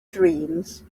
dreams